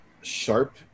sharp